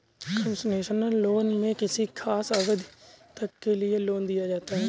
concessional loan में किसी खास अवधि तक के लिए लोन दिया जाता है